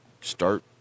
start